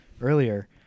earlier